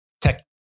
tech